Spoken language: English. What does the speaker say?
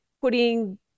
putting